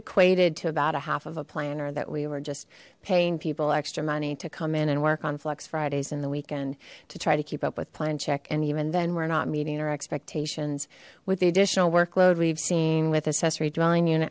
equated to about a half of a planner that we were just paying people extra money to come in and work on flex fridays in the weekend to try to keep up with plan check and even then we're not meeting our expectations with the additional workload we've seen with accessory dwelling unit